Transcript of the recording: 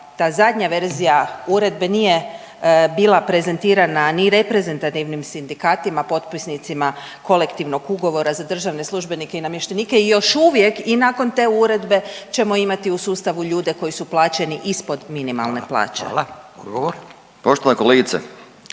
ta zadnja verzija uredbe nije bila prezentirana ni reprezentativnim sindikatima potpisnicima Kolektivnog ugovora za državne službenike i namještenike. I još uvijek i nakon te uredbe ćemo imati u sustavu ljude koji su plaćeni ispod minimalne plaće. **Radin, Furio (Nezavisni)**